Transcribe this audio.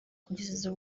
kugeza